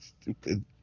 Stupid